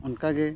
ᱚᱱᱠᱟᱜᱮ